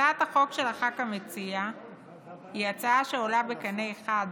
הצעת החוק של הח"כ המציע היא הצעה שעולה בקנה אחד